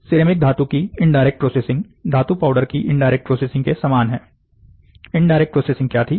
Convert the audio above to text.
ceramic powder की indirect processing धातु powder की इनडायरेक्ट प्रोसेसिंग के समान है इनडायरेक्ट प्रोसेसिंग क्या थी